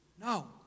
No